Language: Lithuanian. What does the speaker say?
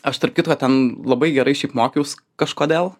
aš tarp kitko ten labai gerai šiaip mokiaus kažkodėl